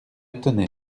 tenay